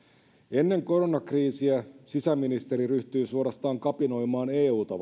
ennen koronakriisiä sisäministeri ryhtyi suorastaan kapinoimaan euta